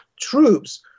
troops